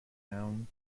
town